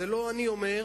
את זה לא אני אומר,